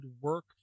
work